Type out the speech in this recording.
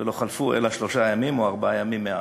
ולא חלפו אלא שלושה או ארבעה ימים מאז.